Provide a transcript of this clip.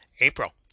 April